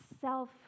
self